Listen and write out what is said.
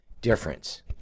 difference